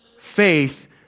faith